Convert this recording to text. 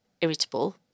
irritable